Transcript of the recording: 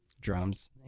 drums